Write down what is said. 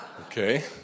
Okay